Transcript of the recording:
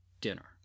dinner